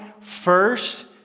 first